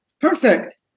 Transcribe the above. Perfect